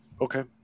okay